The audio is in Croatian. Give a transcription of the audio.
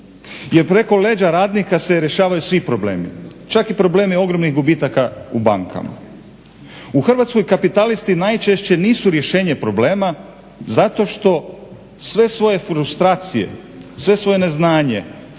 Jer preko leđa radnika se rješavaju svi problemi, čak i problemi ogromnih gubitaka u bankama. U Hrvatskoj kapitalisti najčešće nisu rješenje problema zato što sve svoj frustracije, sve svoje neznanje,